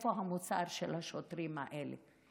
איפה המוסר של השוטרים האלה.